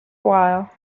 while